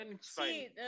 see